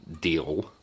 deal